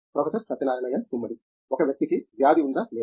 professor Satyanarayana N Gummadi ఒక వ్యక్తికి వ్యాధి ఉందా లేదా